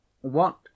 What